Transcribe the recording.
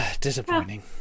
Disappointing